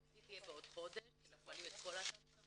וצרפתית יהיה בעוד חודש כי --- את כל האתר